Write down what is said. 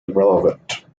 irrelevant